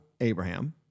Abraham